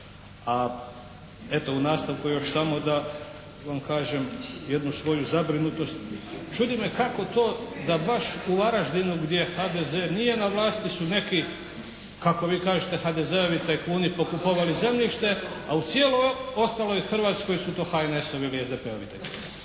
A eto u nastavku još samo da vam kažem jednu svoju zabrinutost. Čudi me kako to da baš u Varaždinu gdje HDZ nije na vlasti su neki kako vi kažete HDZ-ovi tajkuni pokupovali zemljište, a u cijeloj ostaloj Hrvatskoj su to HNS-ovi ili SDP-ovi tajkuni.